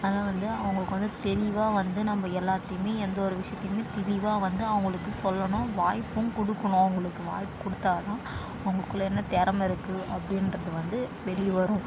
அதனால் வந்து அவர்களுக்கு வந்து தெளிவாக வந்து நம்ம எல்லாத்தையுமே எந்தவொரு விஷயத்தையுமே தெளிவாக வந்து அவர்களுக்கு சொல்லணும் வாய்ப்பும் கொடுக்குணும் அவர்களுக்கு வாய்ப்பு கொடுத்தாதான் அவர்களுக்குள்ள என்ன திறம இருக்குது அப்படின்றது வந்து வெளியே வரும்